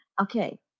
Okay